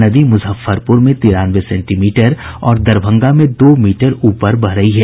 नदी मुजफ्फरपुर में तिरानवे सेंटीमीटर और दरभंगा में लगभग दो मीटर ऊपर बह रही है